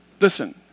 listen